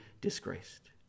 disgraced